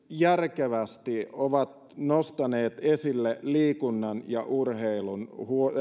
järkevästi myöskin nostaneet esille liikunnan ja urheilun